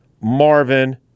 Marvin